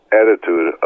attitude